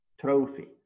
trophy